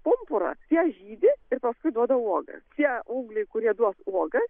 pumpurą tie žydi ir paskui duoda uogas tie ūgliai kurie duos uogas